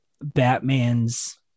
batman's